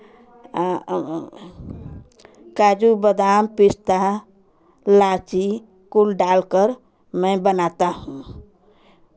काजू बादाम पिस्ता इलायची कुल डाल कर मैं बनाता हूँ